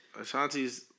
Ashanti's